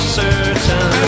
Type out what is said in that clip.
certain